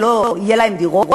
כי לא יהיו להם דירות,